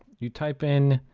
you type in